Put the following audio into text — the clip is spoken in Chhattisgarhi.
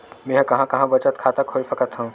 मेंहा कहां बचत खाता खोल सकथव?